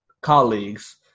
colleagues